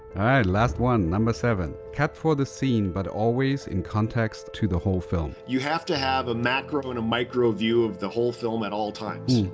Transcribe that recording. last one, number seven. cut for the scene, but always in context to the whole film. you have to have a macro and a micro view of the whole film at all times.